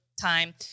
time